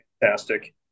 fantastic